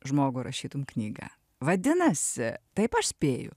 žmogų rašytum knygą vadinasi taip aš spėju